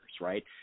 right